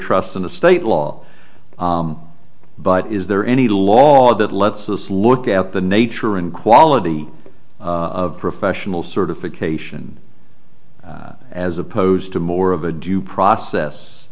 trust in a state law but is there any law that lets us look at the nature and quality of professional certification as opposed to more of a due process